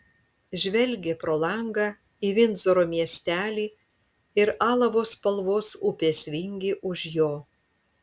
žvelgė pro langą į vindzoro miestelį ir alavo spalvos upės vingį už jo